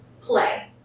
play